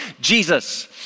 Jesus